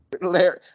Larry